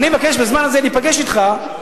אני אבקש בזמן הזה להיפגש אתך,